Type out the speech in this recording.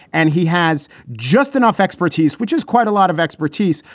and he has just enough expertise, which is quite a lot of expertise.